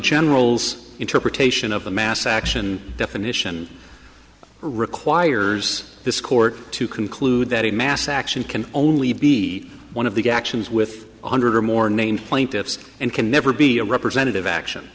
general's interpretation of the mass action definition requires this court to conclude that a mass action can only be one of the actions with one hundred or more named plaintiffs and can never be a representative action